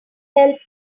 help